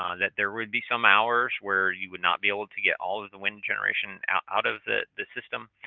um that there would be some hours where you would not be able to get all of the wind generation out of the the system.